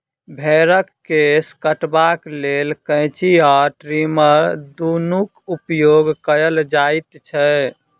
भेंड़क केश कटबाक लेल कैंची आ ट्रीमर दुनूक उपयोग कयल जाइत छै